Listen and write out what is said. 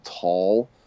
tall